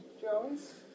Jones